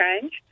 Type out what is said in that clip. change